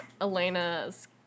Elena's